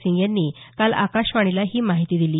सिंग यांनी काल आकाशवाणीला ही माहिती दिली